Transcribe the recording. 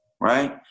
right